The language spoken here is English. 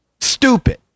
stupid